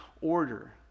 order